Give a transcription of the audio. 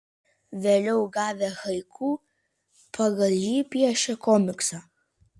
vėliau gavę haiku pagal jį piešė komiksą